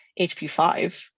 HP5